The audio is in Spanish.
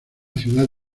ciudad